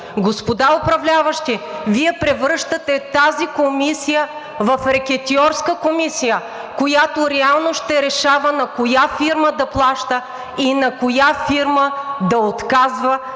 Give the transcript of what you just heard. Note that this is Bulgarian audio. Господа управляващи, Вие превръщате тази комисия в рекетьорска комисия, която реално ще решава на коя фирма да плаща и на коя фирма да отказва